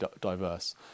diverse